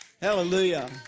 Hallelujah